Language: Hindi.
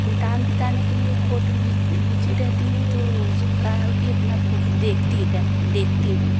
अपने टाइम बिताने के लिए फोटो खींच खींचती रहती हूँ तो का हउ कि अपना फो देखती रह देखती हूँ